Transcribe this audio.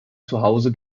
zuhause